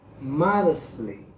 modestly